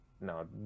No